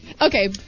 Okay